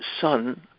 son